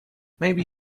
maybe